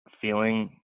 feeling